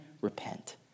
repent